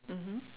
mmhmm